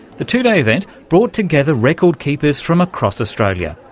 the two-day event brought together record keepers from across australia,